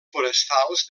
forestals